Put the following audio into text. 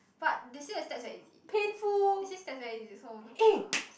but they say stats very easy they say stats very easy so no kick ah